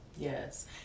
yes